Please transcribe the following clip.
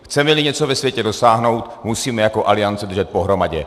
Chcemeli něco ve světě dosáhnout, musíme jako aliance držet pohromadě.